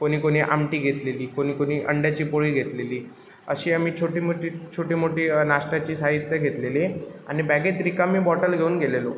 कोणी कोणी आमटी घेतलेली कोणी कोणी अंड्याची पोळी घेतलेली अशी आम्ही छोटी मोठी छोटी मोठी नाश्त्याची साहित्य घेतलेली आणि बॅगेत रिकामी बॉटल घेऊन गेलेलो